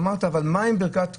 אמרת: אבל מה עם ברכת כוהנים?